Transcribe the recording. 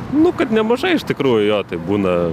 nu kad nemažai iš tikrųjų jo tai būna